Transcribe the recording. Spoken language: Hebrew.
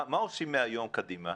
מה עושים מהיום קדימה?